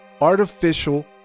Artificial